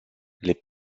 les